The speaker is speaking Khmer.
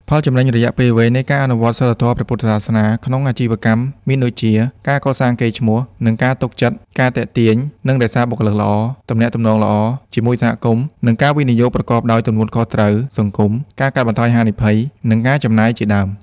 ផលចំណេញរយៈពេលវែងនៃការអនុវត្តសីលធម៌ព្រះពុទ្ធសាសនាក្នុងអាជីវកម្មមានដូចជា ការកសាងកេរ្តិ៍ឈ្មោះ និងការទុកចិត្ត, ការទាក់ទាញ និងរក្សាបុគ្គលិកល្អ, ទំនាក់ទំនងល្អជាមួយសហគមន៍ និងការវិនិយោគប្រកបដោយទំនួលខុសត្រូវសង្គម, ការកាត់បន្ថយហានិភ័យ និងការចំណាយជាដើម។